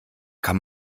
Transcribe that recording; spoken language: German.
kann